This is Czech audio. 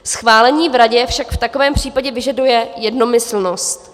Schválení v Radě však v takovém případě vyžaduje jednomyslnost.